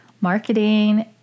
marketing